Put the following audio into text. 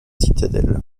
citadelle